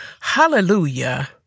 Hallelujah